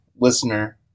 listener